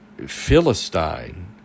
Philistine